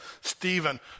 Stephen